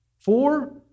Four